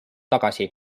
tagasi